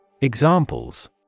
Examples